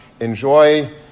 Enjoy